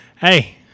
Hey